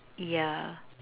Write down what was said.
yeah